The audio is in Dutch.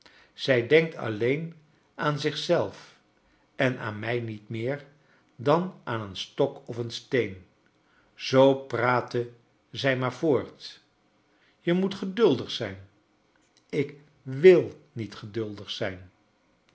zij denkt alleen aan zich zelf en aan mij niet meer daa aan een stok of een steen i zoo praatte zij maar voort je rnoet geduldig zijn ik wil niet geduldig zijn